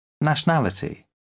nationality